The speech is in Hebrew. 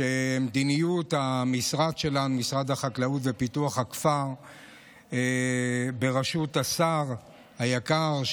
מדיניות משרד החקלאות ופיתוח הכפר בראשות השר היקר,